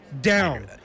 down